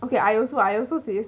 okay I also I also sis